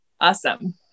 awesome